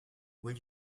will